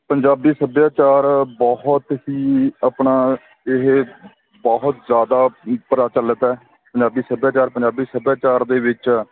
ਪੰਜਾਬੀ ਸੱਭਿਆਚਾਰ ਬਹੁਤ ਹੀ ਆਪਣਾ ਇਹ ਬਹੁਤ ਜ਼ਿਆਦਾ ਪ੍ਰਚੱਲਿਤ ਹੈ ਪੰਜਾਬੀ ਸੱਭਿਆਚਾਰ ਪੰਜਾਬੀ ਸਭਿਆਚਾਰ ਦੇ ਵਿੱਚ